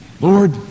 Lord